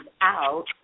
out